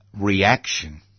reaction